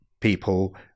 people